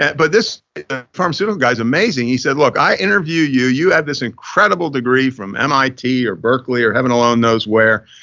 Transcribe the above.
yeah but this, the pharmaceutical guy is amazing. he said, look, i interview you. you have this incredible degree from mit or berkeley or heaven knows where,